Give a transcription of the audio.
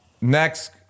next